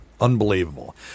Unbelievable